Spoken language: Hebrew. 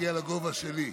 שיגיע לגובה שלי,